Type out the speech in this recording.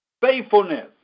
Faithfulness